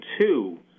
two